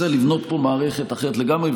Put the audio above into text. צריך לבנות פה מערכת אחרת לגמרי.